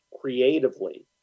creatively